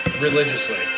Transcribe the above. Religiously